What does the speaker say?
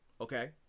Okay